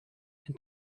and